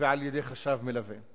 ועל-ידי חשב מלווה.